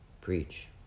Preach